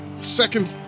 second